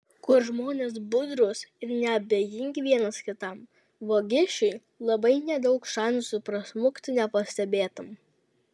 kur žmonės budrūs ir neabejingi vienas kitam vagišiui labai nedaug šansų prasmukti nepastebėtam